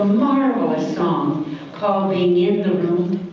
marvelous song called being in the room.